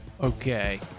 Okay